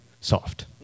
soft